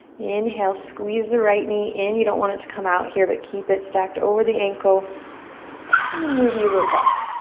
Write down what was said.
inhale, squeeze the right knee in. you don't want it to come out here but keep it stacked over the ankle and then maybe you look up.